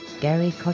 Gary